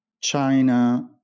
China